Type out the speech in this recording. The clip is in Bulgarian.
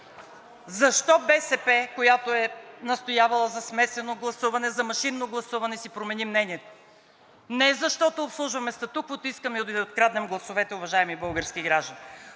защо БСП, която е настоявала за смесено гласуване, за машинно гласуване си промени мнението? Не защото обслужваме статуквото и искаме да Ви откраднем гласовете, уважаеми български граждани,